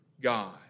God